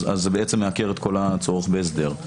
מה שבעצם מעקר את כל הצורך בהסדר.